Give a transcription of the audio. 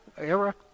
era